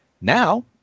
Now